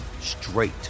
straight